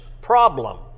problem